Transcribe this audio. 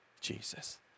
Jesus